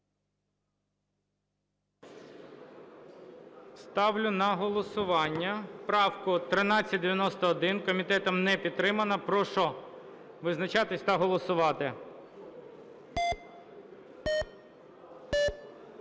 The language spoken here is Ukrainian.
Ставлю на голосування правку 1391. Комітетом не підтримана. Прошу визначатися та голосувати.